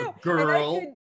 girl